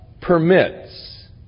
permits